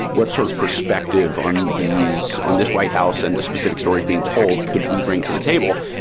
what sort of perspective on these on this white house and the specific stories being told could we bring to the table?